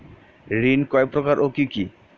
ঋণ কয় প্রকার ও কি কি?